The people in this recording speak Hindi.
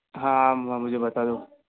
हाँ मुझे बता दो